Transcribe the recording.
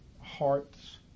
hearts